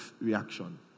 reaction